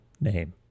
name